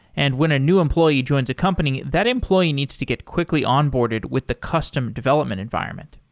and when a new employee joins a company, that employee needs to get quickly on-boarded with the custom development environment.